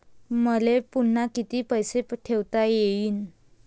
मले पुन्हा कितीक पैसे ठेवता येईन?